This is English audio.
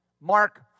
Mark